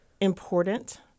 important